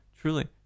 Truly